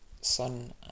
sun